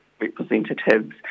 representatives